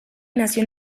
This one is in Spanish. nació